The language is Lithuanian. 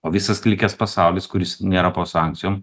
o visas likęs pasaulis kuris nėra po sankcijom